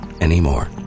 anymore